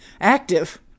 active